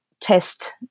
test